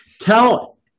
Tell